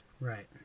Right